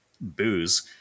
booze